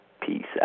Peace